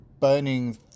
burning